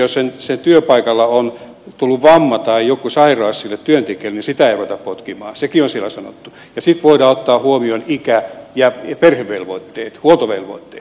jos siellä työpaikalla on tullut vamma tai jokin sairaus sille työntekijälle niin häntä ei ruveta potkimaan sekin on siellä sanottu ja sitten voidaan ottaa huomioon ikä ja perhevelvoitteet huoltovelvoitteet